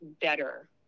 better